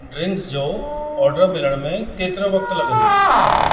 drinks जो order मिलण में केतिरो वक़्तु लॻंदो